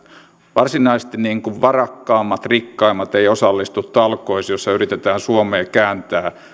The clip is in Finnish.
varsinaisesti varakkaimmat rikkaimmat eivät osallistu talkoisiin joissa yritetään suomea kääntää